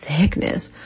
thickness